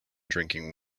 drinking